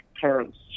parents